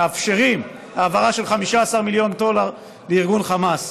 מאפשרים העברה של 15 מיליון דולר לארגון חמאס.